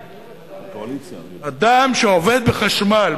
אדם שעובד בחשמל.